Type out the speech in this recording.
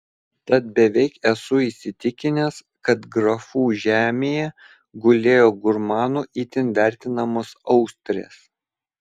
tad beveik esu įsitikinęs kad grafų žemėje gulėjo gurmanų itin vertinamos austrės